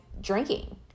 drinking